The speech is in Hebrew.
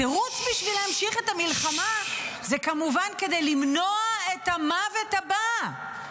התירוץ בשביל להמשיך את המלחמה הוא כמובן כדי למנוע את המוות הבא,